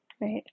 right